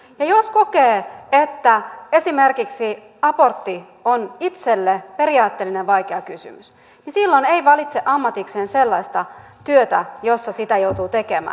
ja jos kokee että esimerkiksi abortti on itselle vaikea periaatteellinen kysymys niin silloin ei valitse ammatikseen sellaista työtä jossa sitä joutuu tekemään